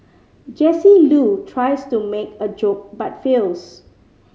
Jesse Loo tries to make a joke but fails